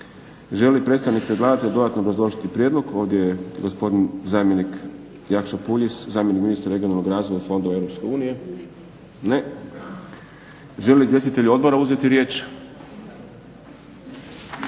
li predstavnik predlagatelja dodatno obrazložiti prijedlog? Ovdje je gospodin zamjenik Jakša Puljiz, zamjenik ministra regionalnog razvoja i fonda EU. Ne? Žele li izvjestitelji odbora uzeti riječ?